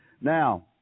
Now